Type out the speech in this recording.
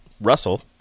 Russell